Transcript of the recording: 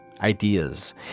ideas